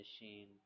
machine